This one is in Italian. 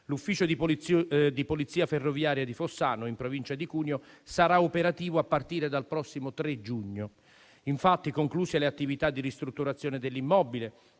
l'ufficio di polizia ferroviaria di Fossano in provincia di Cuneo sarà operativo a partire dal prossimo 3 giugno. Infatti, concluse le attività di ristrutturazione dell'immobile,